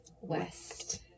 West